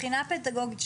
מבחינה פדגוגית,